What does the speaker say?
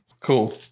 Cool